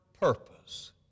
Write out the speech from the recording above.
purpose